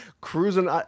cruising